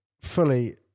Fully